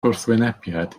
gwrthwynebiad